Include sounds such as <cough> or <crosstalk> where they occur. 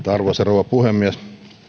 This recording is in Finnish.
<unintelligible> arvoisa rouva puhemies